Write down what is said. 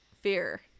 fear